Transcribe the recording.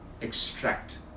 extract